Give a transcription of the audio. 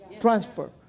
Transfer